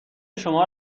شما